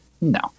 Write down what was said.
No